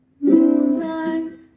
Moonlight